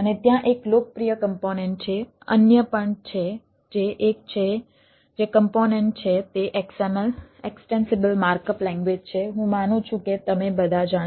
અને ત્યાં એક લોકપ્રિય કમ્પોનન્ટ છે અન્ય પણ છે જે એક છે જે કમ્પોનન્ટ છે તે XML એક્સ્ટેન્સિબલ માર્કઅપ લેંગ્વેજ કરવા અને સ્થાન શોધવા માટેનું